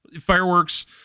fireworks